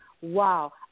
wow